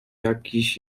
jakiś